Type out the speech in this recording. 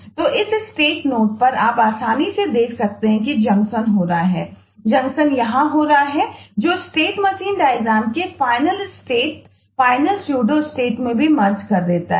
तो इस नोड है